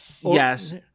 yes